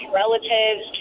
relatives